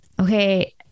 okay